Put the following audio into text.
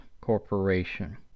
corporation